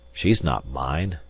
she's not mine,